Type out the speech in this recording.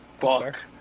Fuck